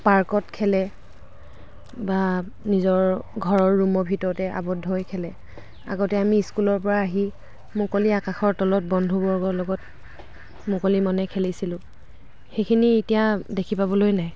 পাৰ্কত খেলে বা নিজৰ ঘৰৰ ৰুমৰ ভিতৰতেই আবদ্ধ হৈ খেলে আগতে আমি স্কুলৰ পৰা আহি মুকলি আকাশৰ তলত বন্ধু বৰ্গৰ লগত মুকলি মনে খেলিছিলোঁ সেইখিনি এতিয়া দেখি পাবলৈ নাই